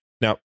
Now